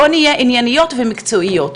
בואו נהיה ענייניות ומקצועיות.